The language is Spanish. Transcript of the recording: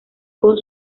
con